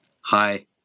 Hi